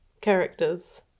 characters